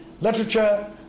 Literature